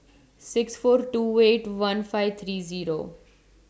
six four two Way two one five three Zero